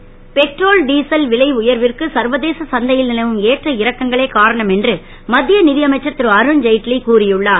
Arun Jaitley petrol diesel விலை உயர்விற்கு சர்வதேச சந்தை ல் லவும் ஏற்ற இறக்கங்களே காரணம் என்று மத் ய யமைச்சர் ரு அருண் ஜெட்லி கூறி உள்ளார்